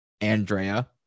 Andrea